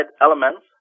elements